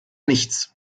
nichts